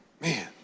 Man